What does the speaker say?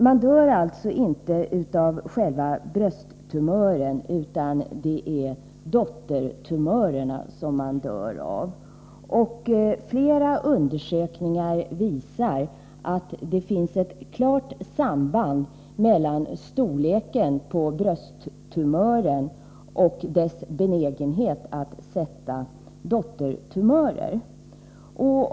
Men man dör inte av själva brösttumören, utan det är dottertumörerna som man dör av. Flera undersökningar visar att det finns ett klart samband mellan storleken på brösttumören och dess benägenhet att sätta dottertumörer.